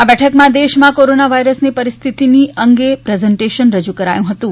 આ બેઠકમાં દેશમાં કોરોના વાયરસની પરિસ્થિતિની અંગે પ્રેઝન્ટેશન રજુ કરાયુ હતું